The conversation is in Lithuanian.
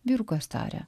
vyrukas taria